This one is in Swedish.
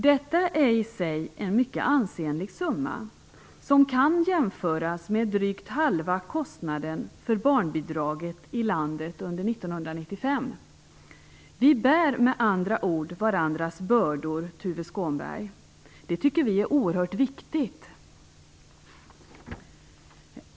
Detta är i sig en mycket ansenlig summa, som kan jämföras med drygt halva kostnaden för barnbidragen i landet under 1995. Vi bär med andra ord varandras bördor, Tuve Skånberg. Det tycker vi är oerhört viktigt.